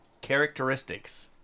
Characteristics